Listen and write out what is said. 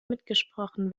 mitgesprochen